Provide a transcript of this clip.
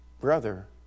brother